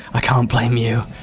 i can't blame you,